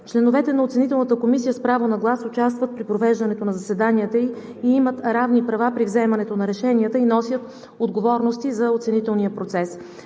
Членовете на оценителната комисия с право на глас участват при провеждането на заседанията, имат равни права при вземането на решенията и носят отговорности за оценителния процес.